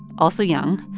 also young,